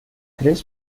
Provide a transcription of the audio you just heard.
três